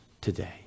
today